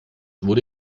wurde